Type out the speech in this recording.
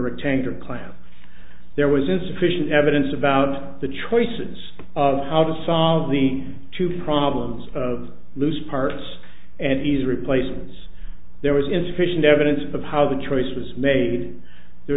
a retainer clamp there was insufficient evidence about the choices of how to solve the two problems of loose parts and knees replacements there was insufficient evidence of how the choice was made there